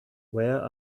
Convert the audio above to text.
where